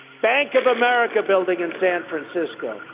bank of america building in san francisco,